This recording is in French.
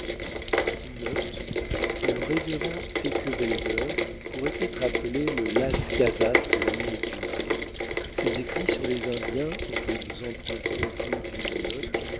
le révérend heckewelder pourrait être appelé le las casas de l'amérique du nord ses écrits sur les indiens auxquels nous emprunterons plus d'une note